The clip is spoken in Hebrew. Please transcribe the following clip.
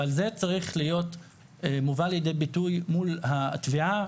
אבל זה צריך להיות מובא לידי ביטוי מול התביעה